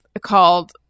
Called